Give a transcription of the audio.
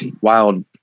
wild